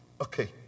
okay